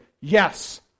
yes